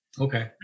Okay